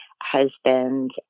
husband